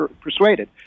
persuaded